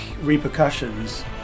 repercussions